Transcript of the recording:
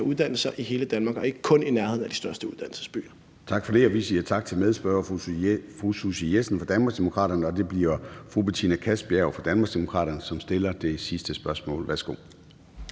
uddanne sig i hele Danmark og ikke kun i nærheden af de største uddannelsesbyer. Kl. 14:09 Formanden (Søren Gade): Tak for det. Vi siger tak til medspørgeren, fru Susie Jessen fra Danmarksdemokraterne. Og det bliver fru Betina Kastbjerg fra Danmarksdemokraterne, som stiller det sidste spørgsmål. Værsgo.